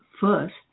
first